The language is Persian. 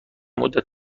مدت